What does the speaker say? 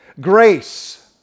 grace